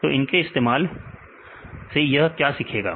तो इनके इस्तेमाल यह क्यों सीखेगा